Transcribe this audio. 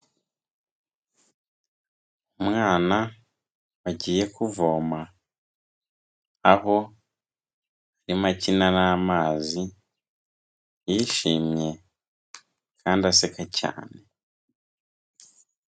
Umwana agiye kuvoma aho arimo akina n'amazi yishimye kandi aseka cyane.